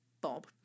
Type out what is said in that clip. Bob